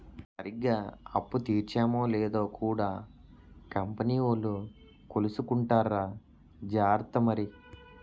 సరిగ్గా అప్పు తీర్చేమో లేదో కూడా కంపెనీ వోలు కొలుసుకుంటార్రా జార్త మరి